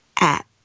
app